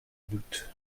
doute